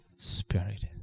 spirit